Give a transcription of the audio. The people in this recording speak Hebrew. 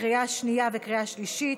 לקריאה שנייה ובקריאה שלישית.